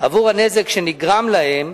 על הנזק שנגרם להם